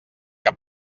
que